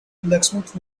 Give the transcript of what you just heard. blacksmith